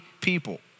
people